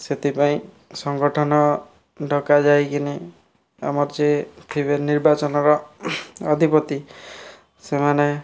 ସେଥିପାଇଁ ସଂଗଠନ ଡକାଯାଇକରି ଆମର ଯେ ଥିବେ ନିର୍ବାଚନର ଅଧିପତି ସେମାନେ